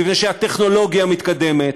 מפני שהטכנולוגיה מתקדמת,